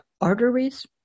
arteries